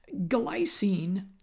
glycine